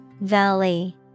Valley